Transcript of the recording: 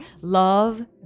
love